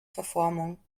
verformung